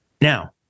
Now